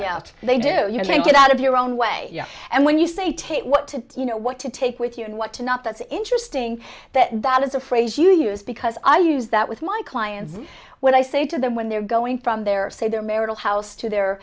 about they do they get out of your own way and when you say take what to you know what to take with you and what to not that's interesting that that is a phrase you use because i use that with my clients when i say to them when they're going from their say their marital house to the